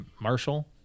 Marshall